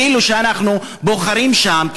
כאילו שאנחנו בוחרים שם,